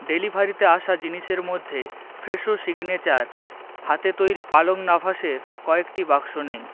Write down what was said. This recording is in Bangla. ডেলিভারিতে আসা জিনিসের মধ্যে ফ্রেশো সিগনেচার হাতে তৈরি পালং লাভাশের কয়েকটি বাক্স নেই